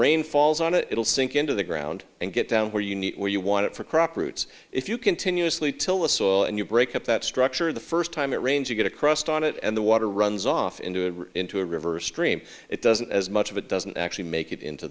rain falls on it it'll sink into the ground and get down where you need where you want it for crop roots if you continuously till the soil and you break up that structure the first time it rains you get a crust on it and the water runs off into it into a river stream it doesn't as much of it doesn't actually make it into